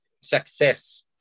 success